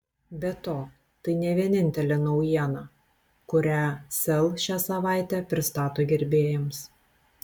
be to tai ne vienintelė naujiena kurią sel šią savaitę pristato gerbėjams